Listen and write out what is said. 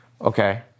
Okay